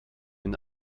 den